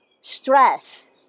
stress